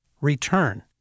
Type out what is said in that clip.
return